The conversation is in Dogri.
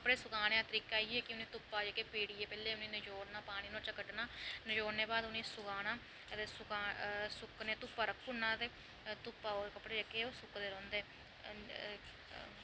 कपड़े सुखाने दा तरीका इ'यां कि उ'नें धुप्पा जेह्के पीड़ियै पैह्ले उ'नें ई नचोड़ना पानी नुआढ़े चा कड्ढना नचोड़ने दे बाद उ'नें ई सकाने सकूने ई धुप्पा रक्खी ओड़ना धुप्पा ओह् कपड़े जेह्के सुकदे रौंह्दे अते